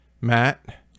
Matt